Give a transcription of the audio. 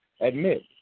admit